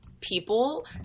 people